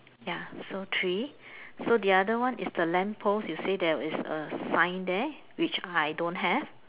ya so three so the other one is the lamp post you say that is a sign there which I don't have